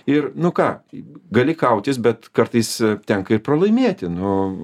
ir nu ką gali kautis bet kartais tenka ir pralaimėti nu